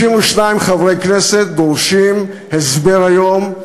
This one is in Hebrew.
52 חברי כנסת דורשים הסבר היום,